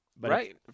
right